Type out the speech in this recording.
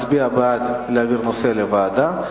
מצביע בעד העברת הנושא לוועדה,